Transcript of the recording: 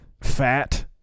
fat